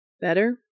Better